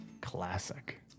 Classic